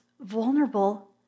vulnerable